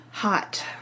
Hot